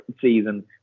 season